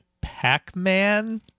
Pac-Man